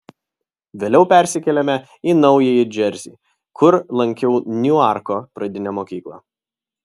vėliau persikėlėme į naująjį džersį kur lankiau niuarko pradinę mokyklą